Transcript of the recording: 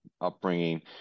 upbringing